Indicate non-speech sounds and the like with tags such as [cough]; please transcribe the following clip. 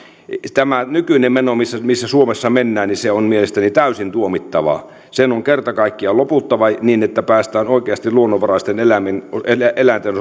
tämä nykyinen meno missä missä suomessa mennään on mielestäni täysin tuomittavaa sen on kerta kaikkiaan loputtava niin että päästään oikeasti luonnonvaraisten eläinten [unintelligible]